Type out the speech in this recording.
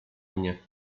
mnie